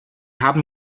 haben